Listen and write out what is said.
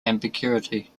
ambiguity